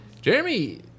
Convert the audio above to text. Jeremy